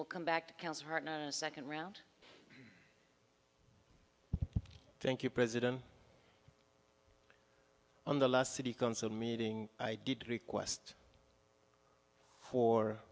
we'll come back to the second round thank you president on the last city council meeting i did request for